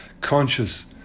conscious